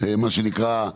מה שנקרא,